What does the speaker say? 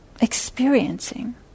Experiencing